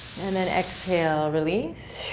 and then exhale, release.